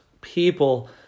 people